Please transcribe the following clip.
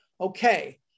Okay